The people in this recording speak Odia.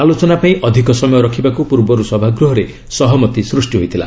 ଆଲୋଚନା ପାଇଁ ଅଧିକ ସମୟ ରଖିବାକୁ ପୂର୍ବରୁ ସଭାଗୃହରେ ସହମତି ସୃଷ୍ଟି ହୋଇଥିଲା